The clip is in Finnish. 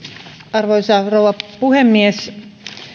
arvoisa rouva puhemies